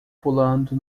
pulando